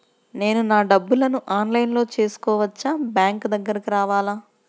నేను నా డబ్బులను ఆన్లైన్లో చేసుకోవచ్చా? బ్యాంక్ దగ్గరకు రావాలా?